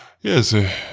yes